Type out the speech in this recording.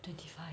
twenty five